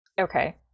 okay